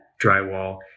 drywall